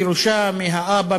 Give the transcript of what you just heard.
זה בירושה מהאבא,